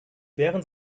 während